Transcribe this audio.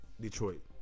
Detroit